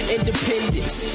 Independence